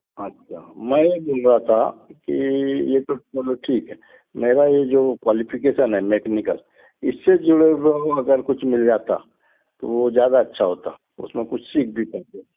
अच्छा मैं ये बोल रहा था के ये तो मतलब ठीक है मेरा ये जो क्वॉलिफ़िकेशन है मैकेनिकल इससे जुड़े हुए अगर कुछ मिल जाता तो वो ज़्यादा अच्छा होता उसमें कुछ सीख भी पाते